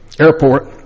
airport